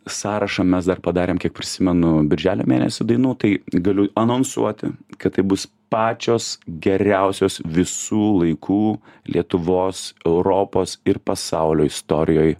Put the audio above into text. sąrašą mes dar padarėm kiek prisimenu birželio mėnesį dainų tai galiu anonsuoti kad tai bus pačios geriausios visų laikų lietuvos europos ir pasaulio istorijoj